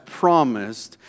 promised